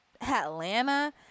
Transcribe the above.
Atlanta